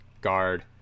guard